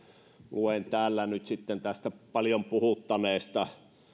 luen täällä nyt sitten tästä paljon puhuttaneesta